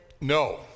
No